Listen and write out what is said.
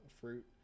fruit